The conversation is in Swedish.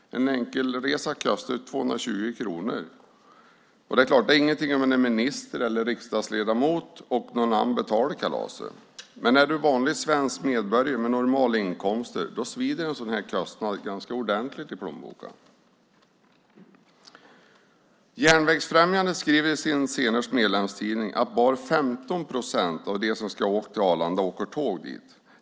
En enkelresa kostar 220 kronor. Det är förstås ingenting om man är minister eller riksdagsledamot och någon annan betalar kalaset. Men om du är vanlig svensk medborgare med normala inkomster svider en sådan här kostnad ganska ordentligt i plånboken. Järnvägsfrämjandet skriver i sin senaste medlemstidning att bara 15 procent av de som ska åka till Arlanda åker tåg dit.